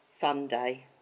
Sunday